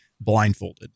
blindfolded